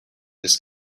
this